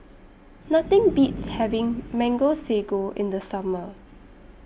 Nothing Beats having Mango Sago in The Summer